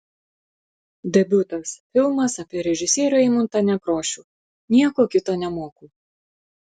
debiutas filmas apie režisierių eimuntą nekrošių nieko kito nemoku